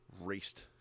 Raced